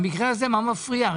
במקרה הזה, מה מפריע?